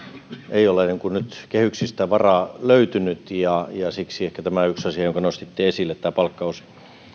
ei ole nyt kehyksistä varaa löytynyt ja siksi ehkä tämä yksi asia jonka nostitte esille tämä palkkaus